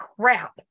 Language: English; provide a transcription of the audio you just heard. crap